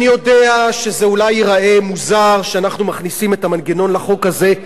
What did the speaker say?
אני יודע שזה אולי ייראה מוזר שאנחנו מכניסים את המנגנון לחוק הזה,